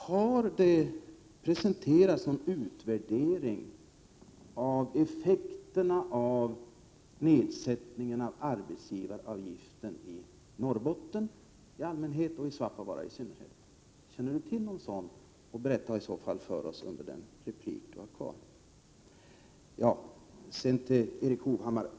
Har det presenterats någon utvärdering av effekterna av nedsättningen av arbetsgivaravgiften i Norrbotten i allmänhet och i Svappavaara i synnerhet? Berätta i så fall om den i nästa replik. Jag vill sedan säga några ord till Erik Hovhammar.